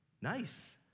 nice